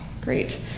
great